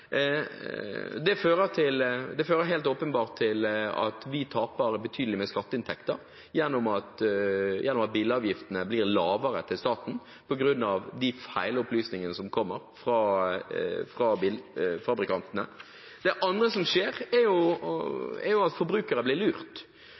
Det fører åpenbart til at vi taper betydelige skatteinntekter når bilavgiftene til staten blir lavere på grunn av feil opplysninger fra bilfabrikantene. Det andre som skjer, er